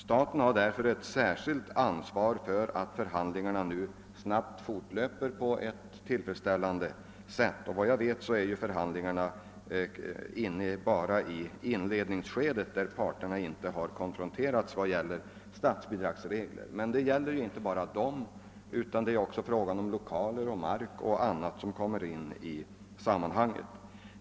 Staten har därför ett särskilt ansvar för att förhandlingarna nu snabbt fortlöper på ett tillfredsställande sätt. Efter vad jag vet har de knappt ännu kommit in i inledningsskedet, och parterna har inte konfronterats beträffande statsbidragsregler. Det gäller emellertid inte bara dessa, utan också lokaler, mark och annat kommer in i sammanhanget.